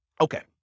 okay